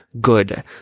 good